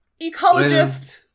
Ecologist